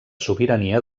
sobirania